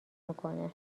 میکنه